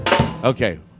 Okay